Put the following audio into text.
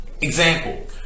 Example